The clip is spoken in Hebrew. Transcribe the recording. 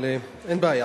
אבל אין בעיה.